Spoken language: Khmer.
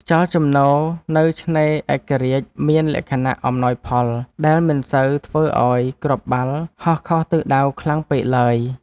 ខ្យល់ជំនោរនៅឆ្នេរឯករាជ្យមានលក្ខណៈអំណោយផល ដែលមិនសូវធ្វើឱ្យគ្រាប់បាល់ហោះខុសទិសដៅខ្លាំងពេកឡើយ។